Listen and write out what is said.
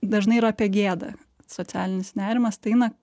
dažnai yra apie gėdą socialinis nerimas tai eina